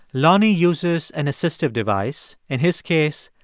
lonnie uses an assistive device in his case,